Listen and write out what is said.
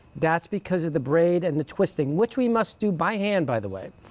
that's because of the braid and the twisting which we must do by hand, by the way.